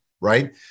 right